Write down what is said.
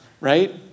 right